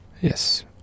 Yes